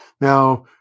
Now